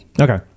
Okay